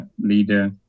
leader